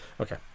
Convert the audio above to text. Okay